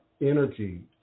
energy